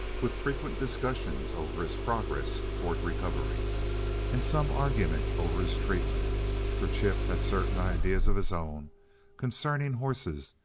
with frequent discussions over his progress toward recovery and some argument over his treatment for chip had certain ideas of his own concerning horses,